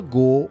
go